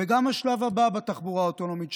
וגם השלב הבא בתחבורה האוטונומית,